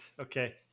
Okay